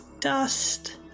dust